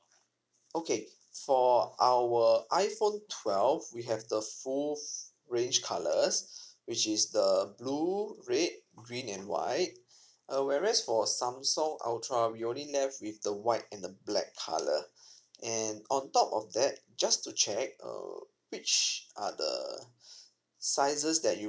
okay for our iphone twelve we have the full range colours which is the blue red green and white uh whereas for samsung ultra we only left with the white and the black colour and on top of that just to check err which are the sizes that you